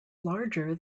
larger